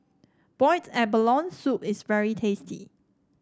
Boiled Abalone Soup is very tasty